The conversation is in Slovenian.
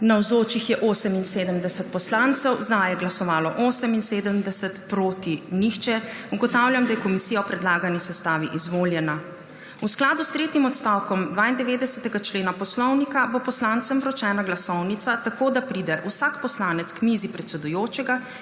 je glasovalo 78, proti nihče. (Za je glasovalo 78.) (Proti nihče.) Ugotavljam, da je komisija v predlagani sestavi izvoljena. V skladu s tretjim odstavkom 92. člena Poslovnika bo poslancem vročena glasovnica tako, da pride vsak poslanec k mizi predsedujočega